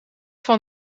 van